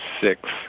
six